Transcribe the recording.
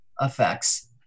effects